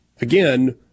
Again